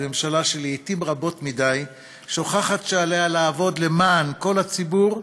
היא ממשלה שלעתים רבות מדי שוכחת שעליה לעבוד למען כל הציבור,